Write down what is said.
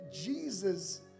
Jesus